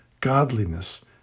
godliness